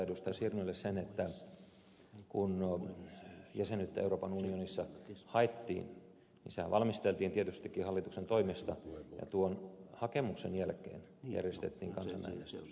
sirnölle sen että kun jäsenyyttä euroopan unioniin haettiin niin sehän valmisteltiin tietystikin hallituksen toimesta ja tuon hakemuksen jälkeen järjestettiin kansanäänestys